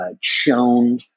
shown